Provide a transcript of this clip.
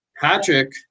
Patrick